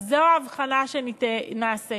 זו ההבחנה שנעשית.